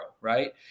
right